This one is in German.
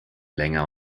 länger